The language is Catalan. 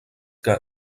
que